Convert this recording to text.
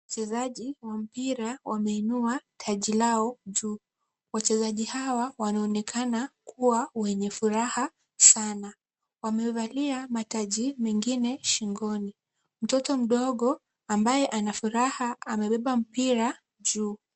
Wachezaji wa mpira wameinua taji lao juu. Wachezaji hawa wanaonekana kuwa wenye furaha sana. Wamevalia mataji mengine shingoni. Mtoto mdogo ambaye ana furaha amebeba mpira juu.